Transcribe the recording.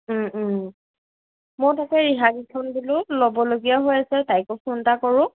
ময়ো তাকে ৰিহাাকিখন বোলো ল'বলগীয়া হৈ আছে তাইকো ফোন এটা কৰোঁ